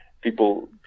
people